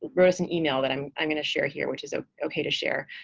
wrote us an email that i'm i'm going to share here which is ah ok to share.